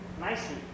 nicely